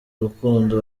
urukundo